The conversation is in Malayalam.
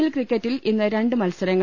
എൽ ക്രിക്കറ്റിൽ ഇന്ന് രണ്ട് മത്സരങ്ങൾ